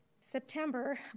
September